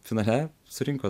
finale surinko